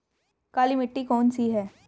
काली मिट्टी कौन सी है?